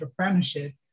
entrepreneurship